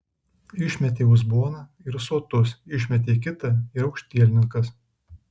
išmetei uzboną ir sotus išmetei kitą ir aukštielninkas